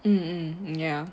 mm mm ya